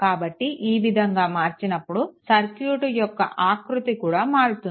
కాబట్టి ఈ విధంగా మార్చినప్పుడు సర్క్యూట్ యొక్క ఆకృతి కూడా మారుతుంది